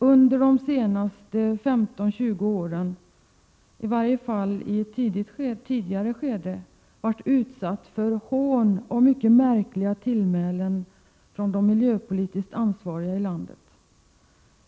Under de senaste 15-20 åren — i varje fall i ett tidigare skede av denna utveckling — har aktiva inom miljörörelsen mötts av hån och mycket märkliga tillmälen från dem som är ansvariga på det miljöpolitiska området i landet.